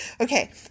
okay